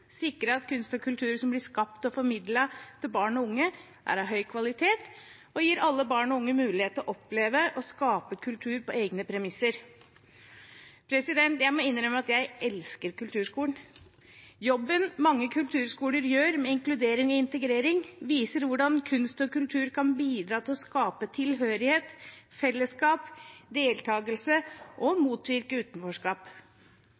sikre at kunst og kultur som blir skapt for og formidlet til barn og unge, er av høy kvalitet og gir alle barn og unge mulighet til å oppleve og skape kultur på egne premisser. Jeg må innrømme at jeg elsker kulturskolen. Jobben mange kulturskoler gjør med inkludering og integrering, viser hvordan kunst og kultur kan bidra til å skape tilhørighet, fellesskap, deltakelse og